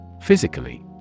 Physically